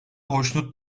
hoşnut